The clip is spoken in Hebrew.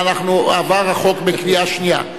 עבר החוק בקריאה שנייה.